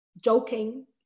joking